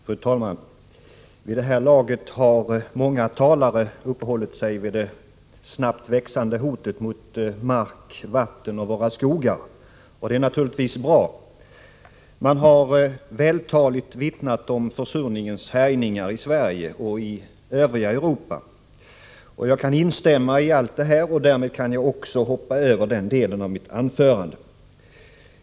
Fru talman! Vid det här laget har många talare uppehållit sig vid det snabbt växande hotet mot mark, vatten och skogar. Det är naturligtvis bra. Man har vältaligt vittnat om försurningens härjningar i Sverige och i övriga Europa. Jag kan instämma i allt som sagts på den punkten, och därmed kan jag också hoppa över den delen av mitt anförande.